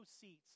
seats